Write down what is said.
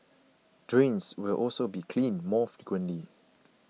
drains will also be cleaned more frequently